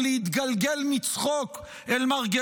מי